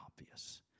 obvious